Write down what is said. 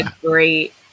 great